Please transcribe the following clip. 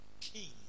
king